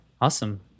awesome